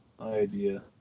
idea